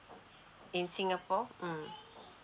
in singapore mm